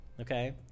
Okay